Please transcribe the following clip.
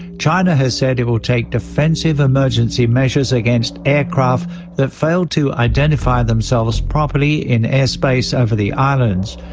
china has said it will take defensive emergency measures against aircraft that fail to identify themselves properly in airspace over the islands.